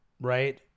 right